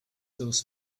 source